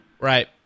Right